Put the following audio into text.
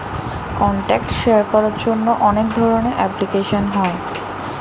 contact share করার জন্য অনেক ধরনের অ্যাপ্লিকেশন হয়